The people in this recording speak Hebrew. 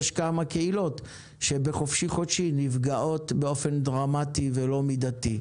יש כמה קהילות שבחופשי-חודשי נפגעות באופן דרמטי ולא מידתי.